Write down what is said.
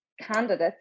candidates